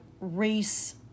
race